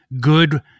good